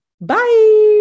bye